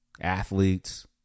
athletes